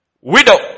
widow